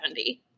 70